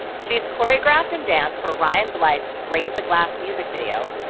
she has choreographed and danced for ryan blythe's raise a glass music video,